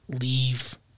leave